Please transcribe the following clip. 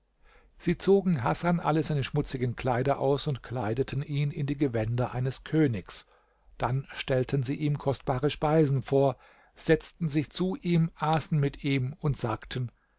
sie zogen hasan alle seine schmutzigen kleider aus und kleideten ihn in die gewänder eines königs dann stellten sie ihm kostbare speisen vor setzten sich zu ihm aßen mit ihm und sagten